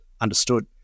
understood